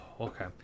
Okay